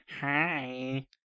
Hi